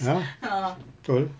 a'ah betul